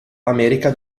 america